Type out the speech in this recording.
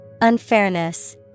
Unfairness